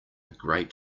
great